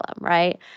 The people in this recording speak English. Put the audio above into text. right